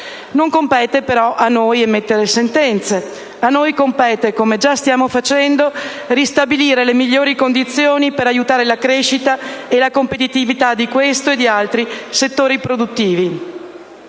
Non compete però a noi emettere sentenze; a noi compete, come già stiamo facendo, ristabilire le migliori condizioni per aiutare la crescita e la competitività di questo e di altri settori produttivi.